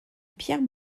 pierre